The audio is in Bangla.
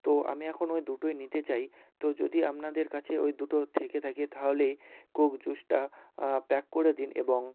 তো আমি এখন ও দুটোই নিতে চাই তো যদি আপনাদের কাছে ওই দুটো থেকে থাকে তাহলে কোক জুসটা প্যাক করে দিন এবং